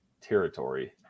territory